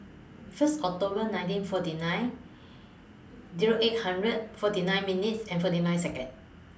First October nineteen forty nine Zero eight hundred forty nine minutes and forty nine Seconds